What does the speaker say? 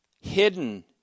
hidden